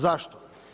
Zašto?